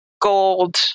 gold